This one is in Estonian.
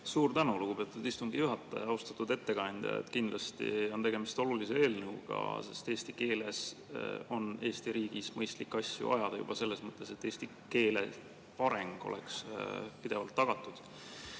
Suur tänu, lugupeetud istungi juhataja! Austatud ettekandja! Kindlasti on tegemist olulise eelnõuga, sest eesti keeles on Eesti riigis mõistlik asju ajada juba selles mõttes, et eesti keele areng oleks pidevalt tagatud